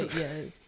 yes